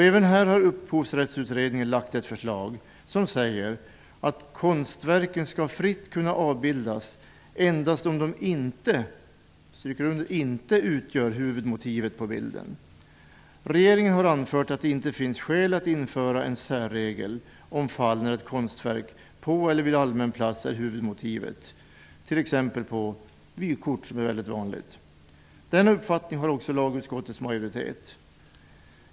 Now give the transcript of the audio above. Även här har Upphovsrättsutredningen lagt fram ett förslag som säger att konstverken fritt skall kunna avbildas endast om de inte utgör huvudmotivet på bilden. Regeringen har anfört att det inte finns skäl att införa en särregel om fall när ett konstverk på eller vid allmän plats är huvudmotivet, t.ex. på vykort där detta är mycket vanligt. Den uppfattningen har också lagutskottets majoritet.